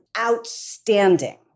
outstanding